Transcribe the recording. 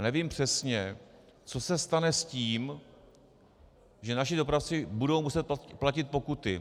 Nevím přesně, co se stane s tím, že naši dopravci budou muset platit pokuty.